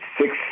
six